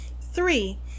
Three